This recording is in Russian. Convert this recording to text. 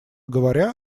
говоря